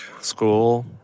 school